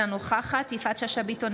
אינה נוכחת יפעת שאשא ביטון,